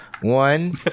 one